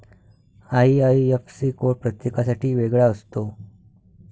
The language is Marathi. आई.आई.एफ.सी कोड प्रत्येकासाठी वेगळा असतो